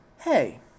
hey